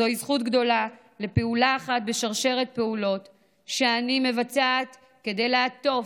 זוהי זכות גדולה לפעולה אחת בשרשרת פעולות שאני מבצעת כדי לעטוף,